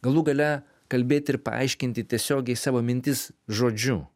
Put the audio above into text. galų gale kalbėti ir paaiškinti tiesiogiai savo mintis žodžiu